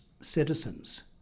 citizens